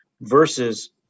versus